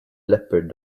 leopard